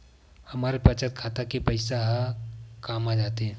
हमर बचत खाता के पईसा हे कामा जाथे?